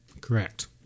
Correct